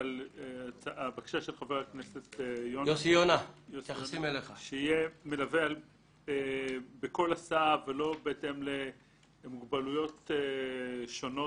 חבר הכנסת יוסי יונה שיהיה מלווה בכל הסעה ולא בהתאם למוגבלויות שונות,